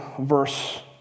verse